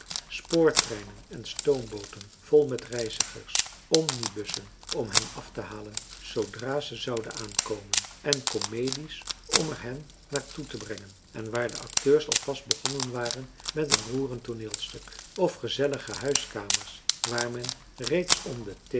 spoortreinen en stoombooten vol met reizigers omnibussen om hen af te halen zoodra ze zouden aankomen en komedies om er hen naar toe te brengen en waar de acteurs alvast begonnen waren met een roerend tooneelstuk of gezellige huiskamers waar men reeds om de